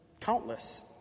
Countless